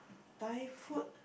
Thai food